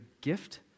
gift